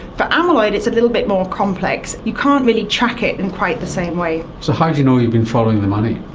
for amyloid it's a little bit more complex. you can't really track it in quite the same way. so how do you know you've been following the money?